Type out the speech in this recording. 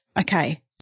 Okay